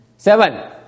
Seven